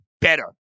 better